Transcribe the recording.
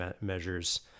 measures